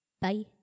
Bye